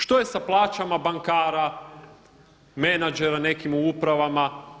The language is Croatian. Što je sa plaćama bankara, menadžera nekim u upravama?